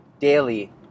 daily